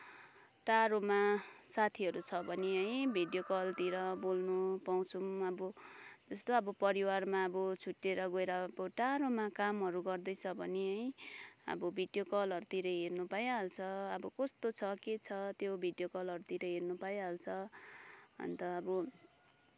टाढोमा साथीहरू छ भने है भिडियो कलतिर बोल्नु पाउँछौँ जस्तो अब परिवारमा अब छुट्टिएर गएर अब टाढोमा कामहरू गर्दैछ भने है अब भिडियो कलहरूतिर हेर्न पाइहाल्छ कस्तो छ के छ त्यो भिडियो कलहरूतिर हेर्न पाइहाल्छ अन्त अब